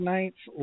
Nights